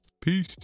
Peace